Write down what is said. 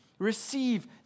Receive